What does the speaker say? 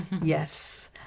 yes